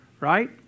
right